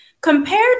compared